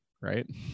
Right